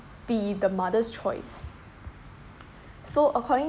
be the mother's choice so according